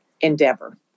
endeavor